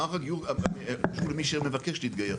מערך הגיור קשור למי שמבקש להתגייר.